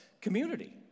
community